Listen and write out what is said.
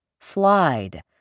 slide